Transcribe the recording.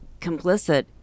complicit